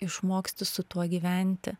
išmoksti su tuo gyventi